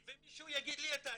ומישהו יגיד לי את ההיפך.